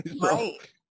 Right